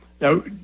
Now